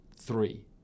Three